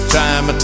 time